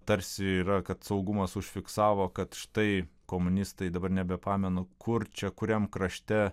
tarsi yra kad saugumas užfiksavo kad štai komunistai dabar nebepamenu kur čia kuriam krašte